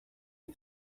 est